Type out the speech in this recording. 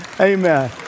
Amen